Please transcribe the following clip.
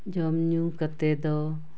ᱡᱚᱢᱼᱧᱩ ᱠᱟᱛᱮ ᱫᱚ